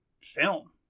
film